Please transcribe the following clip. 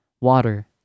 water